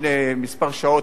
לפני כמה שעות,